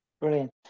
Brilliant